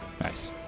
nice